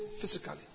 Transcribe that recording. physically